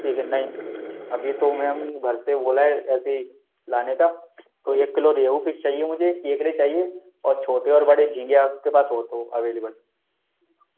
ठीक है नहीं अभी तो मैम घर से बोल है ऐसे ही लाने का कोई एक किलो रेहू फिश चाहिए मुझे केकड़े चाहिए और छोटे और बड़े झींगे आपके पास हो तो अवैलेबल